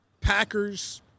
Packers